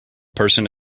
person